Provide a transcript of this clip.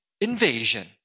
invasion